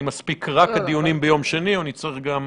אם אני אספיק רק את הדיונים ביום שני או שאני צריך גם